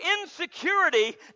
insecurity